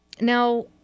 now